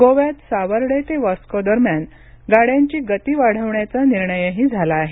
गोव्यात सावर्डे ते वास्को दरम्यान गाड्यांची गती वाढविण्याचा निर्णयही झाला आहे